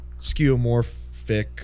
skeuomorphic